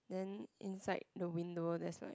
then inside the window there's like